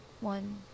one